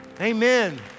Amen